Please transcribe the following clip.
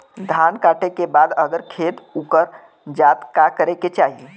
धान कांटेके बाद अगर खेत उकर जात का करे के चाही?